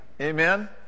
Amen